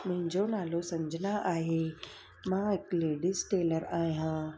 मुंहिंजो नालो संजना आहे मां हिक लेडिस टेलर आहियां